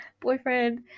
boyfriend